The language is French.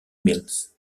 mills